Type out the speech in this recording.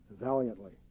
valiantly